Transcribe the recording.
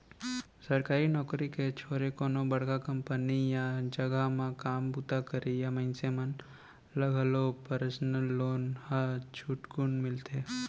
सरकारी नउकरी के छोरे कोनो बड़का कंपनी या जघा म काम बूता करइया मनसे मन ल घलौ परसनल लोन ह झटकुन मिलथे